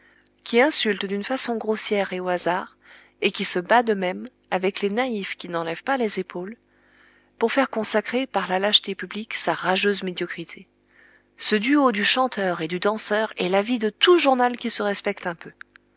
qui insulte d'une façon grossière et au hasard et qui se bat de même avec les naïfs qui n'en lèvent pas les épaules pour faire consacrer par la lâcheté publique sa rageuse médiocrité ce duo du chanteur et du danseur est la vie de tout journal qui se respecte un peu